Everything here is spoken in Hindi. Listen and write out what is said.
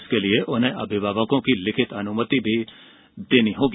इसके लिए उन्हें अभिभावकों की लिखित अनुमति भी देनी होगी